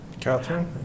Catherine